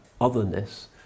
otherness